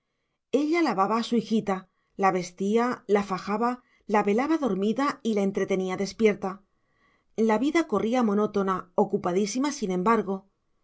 ella lavaba a su hijita la vestía la fajaba la velaba dormida y la entretenía despierta la vida corría monótona ocupadísima sin embargo